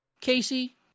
Casey